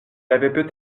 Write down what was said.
l’avaient